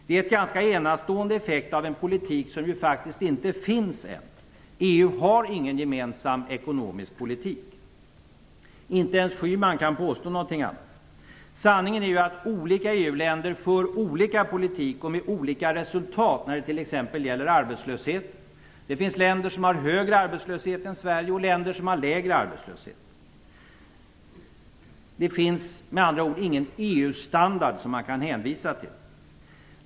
Det är en ganska enastående effekt av en politik som faktiskt inte finns än. EU har ingen gemensam ekonomisk politik. Inte ens Schyman kan påstå någonting annat. Sanningen är att olika EU-länder för olika politik med skilda resultat, när det t.ex. gäller arbetslösheten. Det finns länder som har högre arbetslöshet än Sverige och länder som har lägre arbetslöshet. Det finns med andra ord ingen EU-standard som man kan hänvisa till.